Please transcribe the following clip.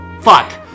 fuck